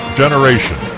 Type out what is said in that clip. generation